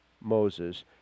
Moses